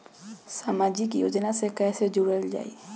समाजिक योजना से कैसे जुड़ल जाइ?